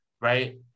right